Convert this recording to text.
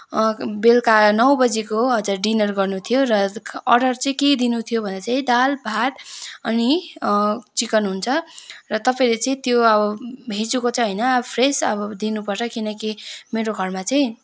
बेलुका नौ बजीको हो हजुर डिनर गर्नु थियो र अर्डर चाहिँ के दिनु थियो भने चाहिँ दाल भात अनि चिकन हुन्छ र तपाईँले चाहिँ त्यो अब हिजोको चाहिँ होइन फ्रेस अब दिनुपर्छ किनकि मेरो घरमा चाहिँ